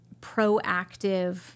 proactive